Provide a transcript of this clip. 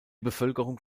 bevölkerung